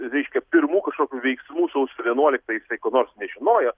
reiškia pirmų kažkokių veiksmų sausio vienuoliktąją jisai ko nors nežinojo